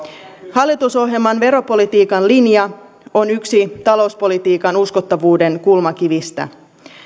hallitusohjelman veropolitiikan linja on yksi talouspolitiikan uskottavuuden kulmakivistä